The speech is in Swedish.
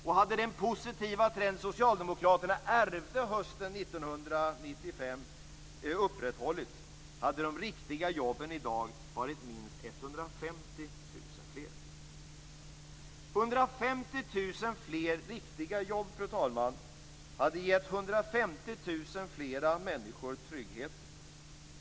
Och om den positiva trend som Socialdemokraterna ärvde hösten 1994 hade upprätthållits, hade de riktiga jobben i dag varit minst 150 000 fler. 150 000 fler människor trygghet.